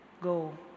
Go